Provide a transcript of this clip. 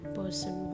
person